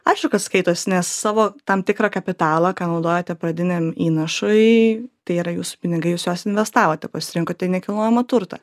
aišku kad skaitosi nes savo tam tikrą kapitalą ką naudojote pradiniam įnašui į tai yra jūsų pinigai jūs juos investavote pasirinkote nekilnojamą turtą